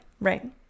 right